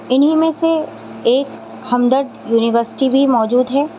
انہیں میں سے ایک ہمدرد یونیورسٹی بھی موجود ہے